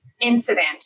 incident